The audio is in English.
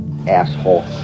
Asshole